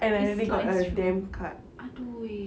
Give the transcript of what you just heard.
it gets through !aduh!